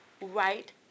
right